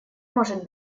может